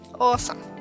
Awesome